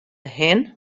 hin